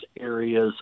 areas